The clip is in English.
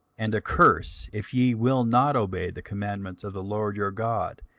and a curse, if ye will not obey the commandments of the lord your god,